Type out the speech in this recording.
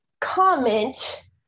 comment